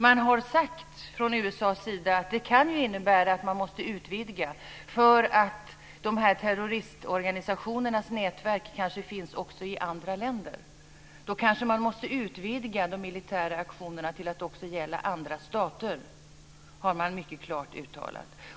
Man har sagt från USA:s sida att det kan innebära att man måste utvidga därför att de här terroristorganisationernas nätverk kanske också finns i andra länder; då kanske man måste utvidga de militära aktionerna till att också gälla andra stater. Det har man mycket klart uttalat.